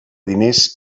diners